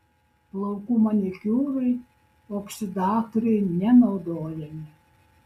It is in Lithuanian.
plaukų manikiūrui oksidatoriai nenaudojami